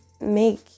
make